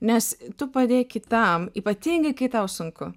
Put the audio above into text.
nes tu padėk kitam ypatingai kai tau sunku